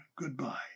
goodbye